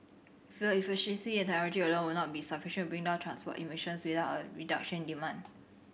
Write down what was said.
fuel efficiency and technology alone will not be sufficient bring down transport emissions without a reduction demand